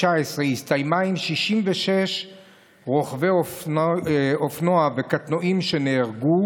הסתיימה עם 66 רוכבי אופנוע וקטנועים שנהרגו,